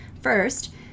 First